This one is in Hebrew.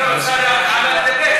סגן שר האוצר עלה לדבר,